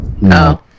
No